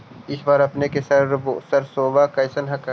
इस बार अपने के सरसोबा कैसन हकन?